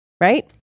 right